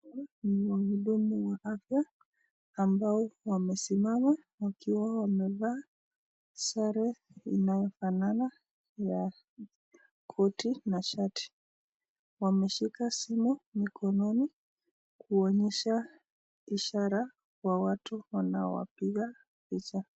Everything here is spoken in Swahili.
Ni wahudumu wa afya ambao wamesimama wakiwa wamevaa sare inayofanana ya koti na shati wameshika simu mkononi kuonyesha ishara kwa watu wanaowapiga picha.